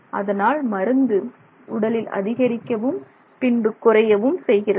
அதனால் மருந்து உடலில் அதிகரிக்கவும் பின்பு குறையவும் செய்கிறது